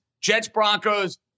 Jets-Broncos